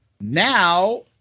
now